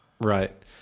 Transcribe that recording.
Right